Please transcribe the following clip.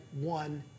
one